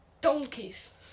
Donkeys